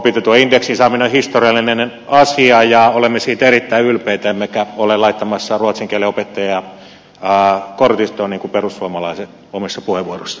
opintotuen indeksiin saaminen on historiallinen asia ja olemme siitä erittäin ylpeitä emmekä ole laittamassa ruotsin kielen opettajia kortistoon niin kuin perussuomalaiset omissa puheenvuoroissaan